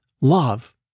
love